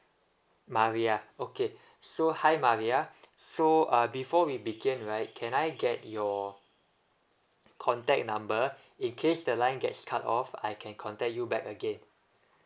maria okay so hi maria so uh before we begin right can I get your contact number in case the line gets cut off I can contact you back again